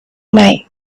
night